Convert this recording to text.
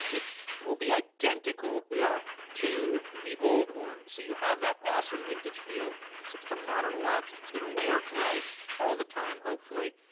it will be identical yeah to the old one. c so, you have that awesome vintage feel, except it's a modern watch that's gonna work right all the time, hopefully.